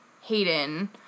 Hayden